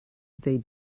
they